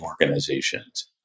organizations